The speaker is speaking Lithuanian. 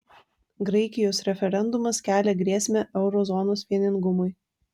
graikijos referendumas kelia grėsmę euro zonos vieningumui